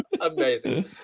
amazing